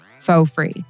faux-free